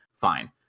fine